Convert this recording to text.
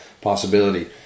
possibility